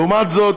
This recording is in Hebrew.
לעומת זאת,